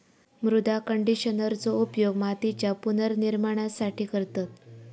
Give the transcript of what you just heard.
मृदा कंडिशनरचो उपयोग मातीच्या पुनर्निर्माणासाठी करतत